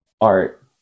art